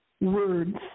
words